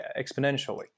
exponentially